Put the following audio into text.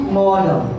model